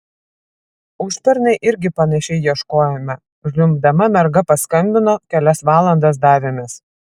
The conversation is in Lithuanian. užpernai irgi panašiai ieškojome žliumbdama merga paskambino kelias valandas davėmės